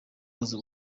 uraza